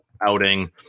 outing